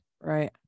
Right